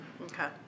Okay